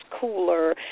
cooler